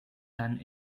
dann